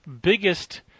biggest